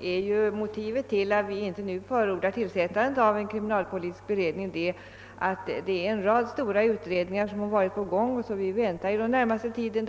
är motivet till att utskottet inte nu förordar tillsättandet av någon kriminalpolitisk beredning, att en rad stora utredningar har arbetat med dessa frågor och att vi räknar med att under den närmaste tiden